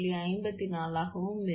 54ஆகவும் இருக்கும்